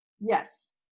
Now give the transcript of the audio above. Yes